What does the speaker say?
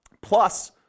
plus